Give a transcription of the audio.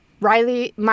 Riley